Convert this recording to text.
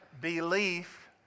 belief